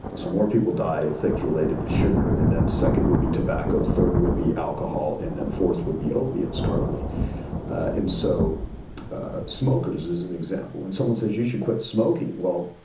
so more people die of things related sugar, and second would be tobacco, third would be alcohol and then fourth would be opiates currently and so smokers is an example. when someone says you should quit smoking, well,